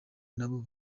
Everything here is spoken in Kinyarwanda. nabo